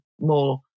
more